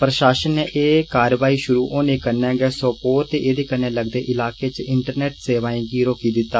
प्रषासन ने एह कारवाई षुरु होने कन्नै गै सोपोर ते एदे कन्नै लगदे इलाके च इंटरनेट सेवाएं गी रोकी दिता